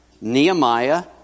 Nehemiah